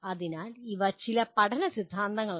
അതിനാൽ ഇവ ചില പഠന സിദ്ധാന്തങ്ങളാണ്